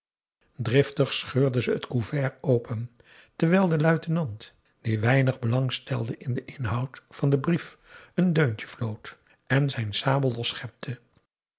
scheurde ze het couvert open terwijl de luitenant die weinig belang stelde in den inhoud van dien brief een deuntje floot en zijn sabel losgespte